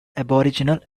aboriginal